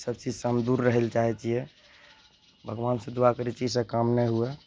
ई सभचीजसँ हम दूर रहय लए चाहय छियै भगवानसँ दुआ करय छी ई सभ काम नहि हुवै